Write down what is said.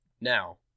Now